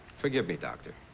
forgive me, doctor.